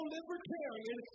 Libertarian